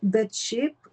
bet šiaip